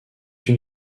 une